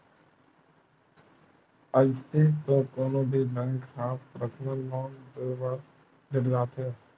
अइसे तो कोनो भी बेंक ह परसनल लोन देय बर ढेरियाथे